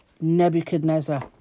Nebuchadnezzar